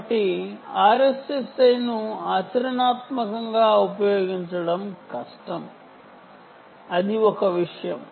కాబట్టి RSSI ను ఆచరణాత్మకంగా ఉపయోగించడం కష్టం అది ఒక విషయం